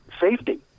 safety